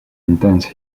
intense